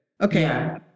okay